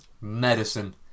Medicine